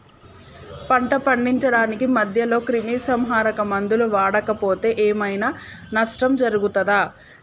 పంట పండించడానికి మధ్యలో క్రిమిసంహరక మందులు వాడకపోతే ఏం ఐనా నష్టం జరుగుతదా?